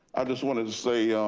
i just wanted to say,